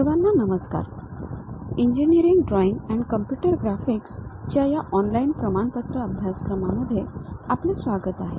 सर्वांना नमस्कार engineering drawing and computer graphics च्या या ऑनलाईन प्रमाणपत्र अभ्यासक्रमामध्ये आपले स्वागत आहे